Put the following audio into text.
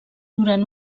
durant